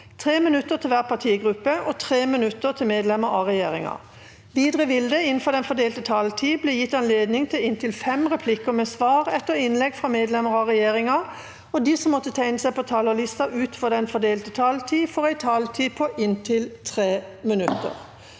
3 minutter til hver partigruppe og 3 minutter til medlemmer av regjeringa. Videre vil det – innenfor den fordelte taletid – bli gitt anledning til inntil fem replikker med svar etter innlegg fra medlemmer av regjeringa, og de som måtte tegne seg på talerlisten utover den fordelte taletid, får også en taletid på inntil 3 minutter.